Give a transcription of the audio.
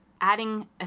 adding